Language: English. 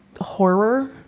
horror